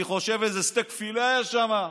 אני חושב שאיזה סטייק פילה היה שם,